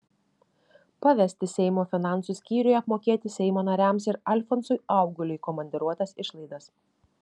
pavesti seimo finansų skyriui apmokėti seimo nariams ir alfonsui auguliui komandiruotės išlaidas